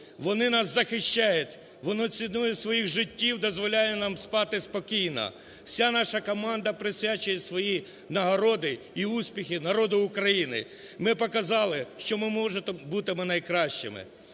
"Вони нас захищають, вони ціною своїх житті дозволяють нам спати спокійно. Вся наша команда присвячує свої нагороди і успіхи народу України. Ми показали, що ми можемо бути найкращими".